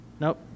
Nope